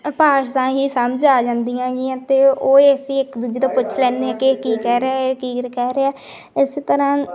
ਭਾਸ਼ਾ ਹੀ ਸਮਝ ਆ ਜਾਂਦੀਆਂ ਹੈਗੀਆਂ ਅਤੇ ਉਹ ਅਸੀਂ ਇੱਕ ਦੂਜੇ ਤੋਂ ਪੁੱਛ ਲੈਂਦੇ ਹਾਂ ਕਿ ਇਹ ਕੀ ਕਹਿ ਰਿਹਾ ਇਹ ਕੀ ਕਹਿ ਰਿਹਾ ਇਸੇ ਤਰ੍ਹਾਂ